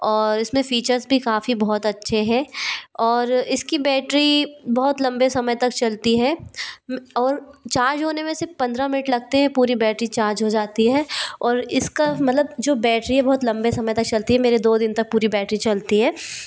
और इस में फीचर्स भी काफ़ी बहुत अच्छे हैं और इसकी बैट्री बहुत लंबे समय तक चलती है और चार्ज होने में सिर्फ़ पंद्रह मिनट लगते है पूरी बैट्री चार्ज हो जाती है और इसका मतलब जो बैट्री है बहुत लंबे समय तक चलती है मेरे दो दिन तक पूरी बैट्री चलती है